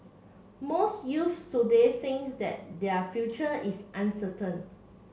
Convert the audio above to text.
most youths today think that their future is uncertain